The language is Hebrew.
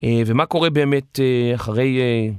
ומה קורה באמת אחרי...